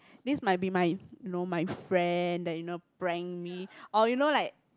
this might be my you know my friend that you know prank me or you know like